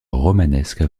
romanesque